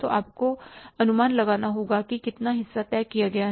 तो आपको अनुमान लगाना होगा कि कितना हिस्सा तय किया गया है